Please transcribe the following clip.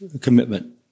commitment